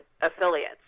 affiliates